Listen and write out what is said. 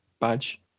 badge